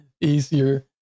easier